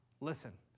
listen